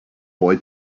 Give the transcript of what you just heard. boy